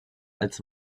als